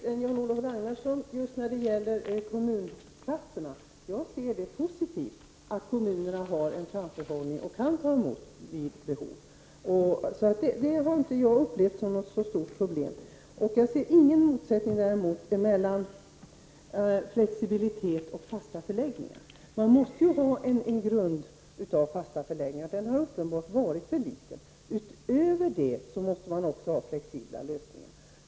Fru talman! Jag har en något annan åsikt än Jan Jag ser det som positivt att kommunerna har en framförhållning och kan ta emot vid behov. Det har jag alltså inte upplevt som något stort problem. Jag ser ingen motsättning mellan flexibilitet och fasta förläggningar. Man måste ju ha en grund av fasta förläggningar, och den grunden har uppenbarligen varit för liten. Därutöver måste man också ha flexibla lösningar.